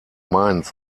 mainz